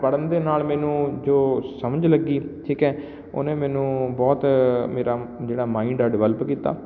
ਪੜ੍ਹਨ ਦੇ ਨਾਲ ਮੈਨੂੰ ਜੋ ਸਮਝ ਲੱਗੀ ਠੀਕ ਹੈ ਉਹਨੇ ਮੈਨੂੰ ਬਹੁਤ ਮੇਰਾ ਜਿਹੜਾ ਮਾਇੰਡ ਆ ਡਿਵੈਲਪ ਕੀਤਾ